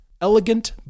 elegant